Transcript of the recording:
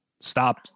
stop